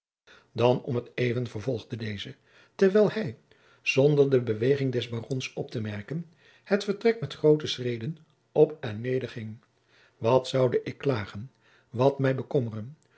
dan om t even vervolgde deze terwijl hij zonder de beweging des barons op te merken het vertrek met groote schreden op en neder ging wat zoude ik klagen wat mij bekommeren